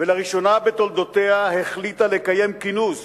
ולראשונה בתולדותיה החליטה לקיים כינוס